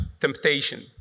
temptation